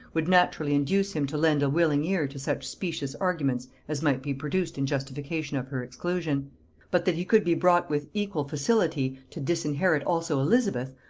would naturally induce him to lend a willing ear to such specious arguments as might be produced in justification of her exclusion but that he could be brought with equal facility to disinherit also elizabeth,